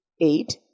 eight